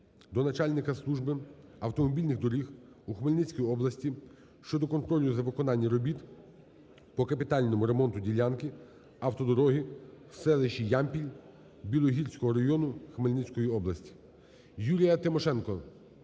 до начальника Служби автомобільних доріг у Хмельницькій області щодо контролю за виконання робіт по капітальному ремонту ділянки автодороги в селищі Ямпіль Білогірського району Хмельницької області.